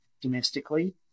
domestically